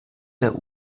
der